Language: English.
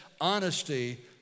honesty